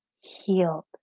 healed